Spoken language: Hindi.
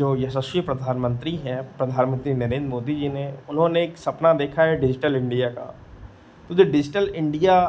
जो यशस्वी प्रधानमन्त्री हैं प्रधानमन्त्री नरेन्द्र मोदी जी ने उन्होंने एक सपना देखा है डिज़िटल इण्डिया का तो जो डिज़िटल इण्डिया